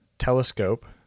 telescope